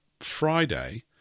Friday